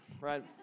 right